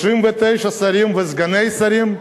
39 שרים וסגני שרים.